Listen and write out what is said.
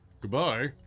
Goodbye